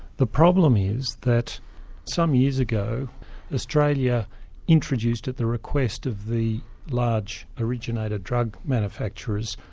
the problem is that some years ago australia introduced, at the request of the large originator drug manufacturers,